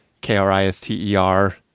K-R-I-S-T-E-R